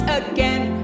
again